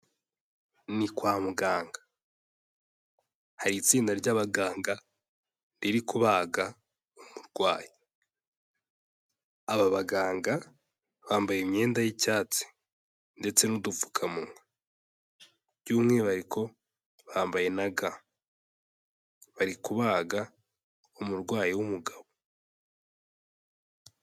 Ni kwa muganga hari itsinda ry'abaganga riri kubaga umurwayi, aba baganga bambaye imyenda y'icyatsi ndetse n'udupfukamunwa by'umwihariko bambaye na ga barikuga umurwayi w'umugabo.